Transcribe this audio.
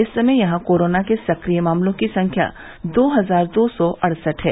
इस समय यहां कोरोना के सक्रिय मामलों की संख्या दो हजार दो सौ अड़सठ है